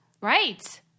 Right